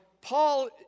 Paul